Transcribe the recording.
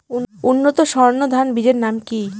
উন্নত সর্ন ধান বীজের নাম কি?